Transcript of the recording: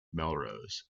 melrose